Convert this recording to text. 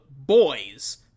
Boys